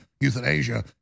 euthanasia